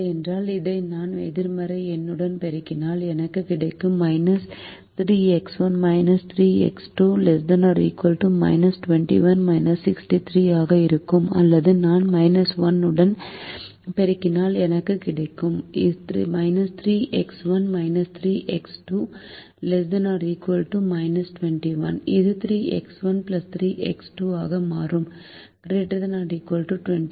இல்லையெனில் இதை நான் எதிர்மறை எண்ணுடன் பெருக்கினால் எனக்கு கிடைக்கும் 3X1 3X2 ≤ 21 63 ஆக இருக்கும் அல்லது நான் 1 உடன் பெருக்கினால் எனக்கு கிடைக்கும் 3X1 3X2 ≤ 21 இது 3X1 3X2 ஆக மாறும் ≥ 21